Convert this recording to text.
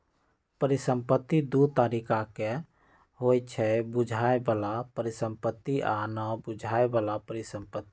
परिसंपत्ति दु तरिका के होइ छइ बुझाय बला परिसंपत्ति आ न बुझाए बला परिसंपत्ति